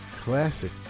classic